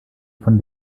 von